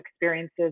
experiences